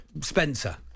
Spencer